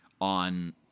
on